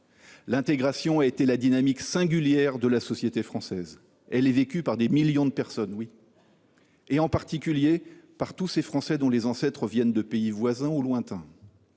L’intégration a été la dynamique singulière de la société française. Oui, elle est vécue par des millions de personnes, et en particulier par tous ces Français dont les ancêtres viennent de pays voisins ou lointains.